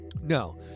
No